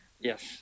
Yes